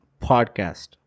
Podcast